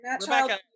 Rebecca